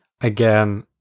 Again